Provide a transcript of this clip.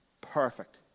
Perfect